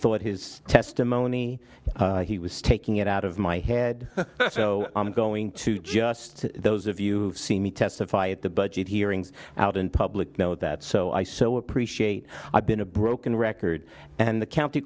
thought his testimony he was taking it out of my head so i'm going to just those of you see me testify at the budget hearings out in public know that so i so appreciate i've been a broken record and the county